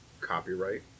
Copyright